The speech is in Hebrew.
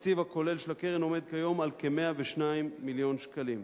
התקציב הכולל של הקרן עומד כיום על כ-102 מיליון שקלים.